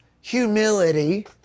humility